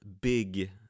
big